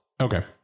Okay